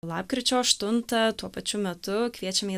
lapkričio aštuntą tuo pačiu metu kviečiame į